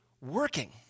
working